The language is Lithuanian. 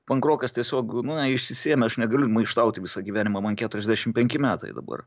pankrokas tiesiog na išsisėmė aš negaliu maištauti visą gyvenimą man keturiasdešim penki metai dabar